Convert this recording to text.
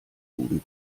duden